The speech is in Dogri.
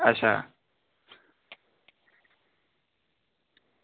अच्छा